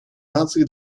наций